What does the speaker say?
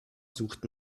sucht